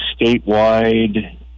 statewide